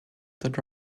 that